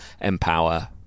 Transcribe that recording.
Empower